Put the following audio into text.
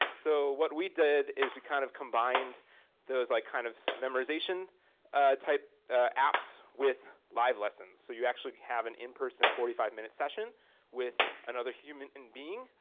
so, what we did is kind of combined those like kind of memorization type apps with live lessons. so you actually have an in-person forty five minute session with another human and being,